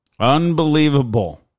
Unbelievable